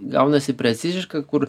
gaunasi preciziškai kur